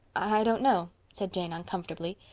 i don't know, said jane uncomfortably.